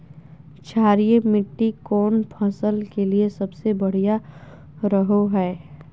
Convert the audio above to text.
क्षारीय मिट्टी कौन फसल के लिए सबसे बढ़िया रहो हय?